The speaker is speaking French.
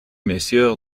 messieurs